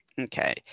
okay